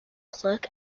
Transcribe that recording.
clerk